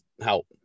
help